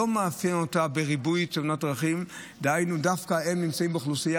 ריבוי תאונות דרכים לא מאפיין אותה,